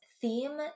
theme